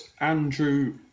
andrew